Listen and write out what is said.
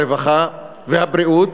הרווחה והבריאות.